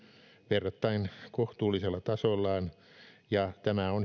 verrattain kohtuullisella tasollaan ja tämä on hyvä kannuste pk